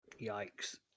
Yikes